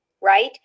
right